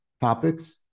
topics